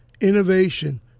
innovation